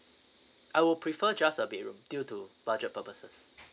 I will prefer just a bedroom due to budget purposes